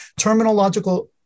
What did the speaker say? Terminological